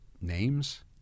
names